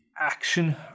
action